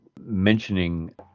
mentioning